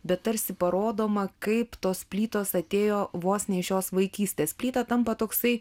bet tarsi parodoma kaip tos plytos atėjo vos ne iš šios vaikystės plyta tampa toksai